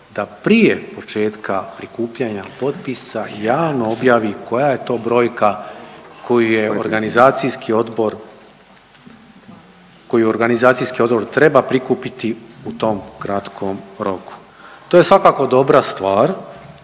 da prije početka prikupljanja potpisa javno objavi koja je to brojka koju je organizacijski odbor koji organizacijski odbor treba prikupiti u tom kratkom roku. To je svakako dobra stvar,